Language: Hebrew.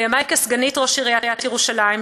בימי כסגנית ראש עיריית ירושלים,